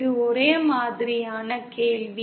இது ஒரே மாதிரியான கேள்வி